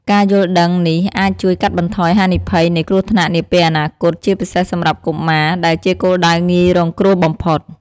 ការយល់ដឹងនេះអាចជួយកាត់បន្ថយហានិភ័យនៃគ្រោះថ្នាក់នាពេលអនាគត ជាពិសេសសម្រាប់កុមារ ដែលជាគោលដៅងាយរងគ្រោះបំផុត។